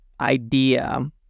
idea